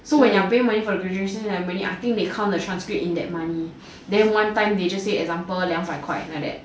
so when you paying money for the graduation ceremony I think they count the transcript in that money then one time they just say for example 两百块 like that